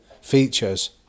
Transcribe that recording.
features